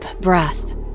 breath